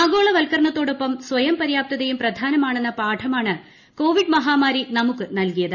ആഗോളവത്കരണത്തോടൊപ്പം സ്വയംപര്യാപ്തതയും പ്രധാനമാണെന്ന പാഠമാണ് കോവിഡ് മഹാമാരി നമുക്ക് നൽകിയത്